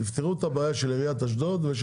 תפתרו את הבעיה של עיריית אשדוד ושל